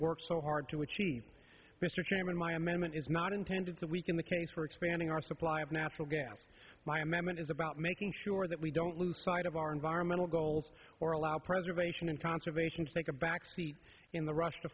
worked so hard to achieve mr chairman my amendment is not intended to weaken the case for expanding our supply of natural gas my amendment is about making sure that we don't lose sight of our environmental goals or allow preservation and conservation to take a back seat in the rush to